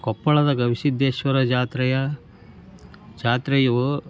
ಕೊಪ್ಪಳದ ಗವಿಸಿದ್ಧೇಶ್ವರ ಜಾತ್ರೆಯ ಜಾತ್ರೆಯು